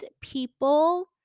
people